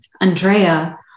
Andrea